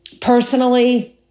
personally